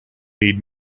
need